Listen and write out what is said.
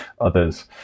others